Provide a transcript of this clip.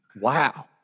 wow